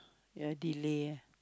ya delay